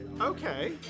Okay